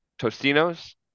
Tostino's